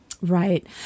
Right